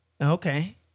Okay